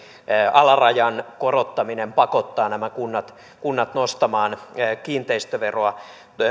alarajan korottaminen pakottaa nämä kunnat kunnat nostamaan kiinteistöveroa